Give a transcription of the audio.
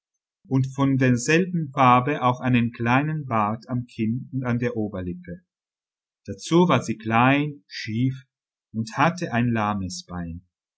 und von derselben farbe auch einen kleinen bart am kinn und an der oberlippe dazu war sie klein schief und hatte ein lahmes bein